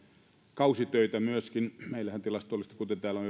kausitöitä meillähän tilastollisesti kuten täällä on